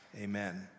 amen